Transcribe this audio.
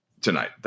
tonight